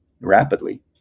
rapidly